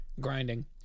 grinding